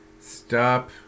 stop